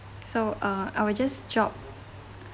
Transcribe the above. so uh I will just drop